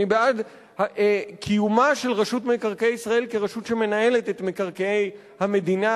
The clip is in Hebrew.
אני בעד קיומה של רשות מקרקעי ישראל כרשות שמנהלת את מקרקעי המדינה,